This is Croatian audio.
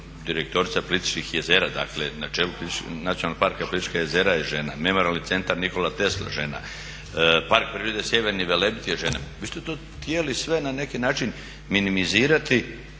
direktorica Plitvičkih jezera dakle na čelu Nacionalnog parka "Plitvička jezera" je žena. Memorijalni centar "Nikola Tesla" je žena. Park prirode "Sjeverni Velebit" je žena. Vi ste to htjeli sve na neki način minimizirati